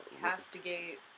Castigate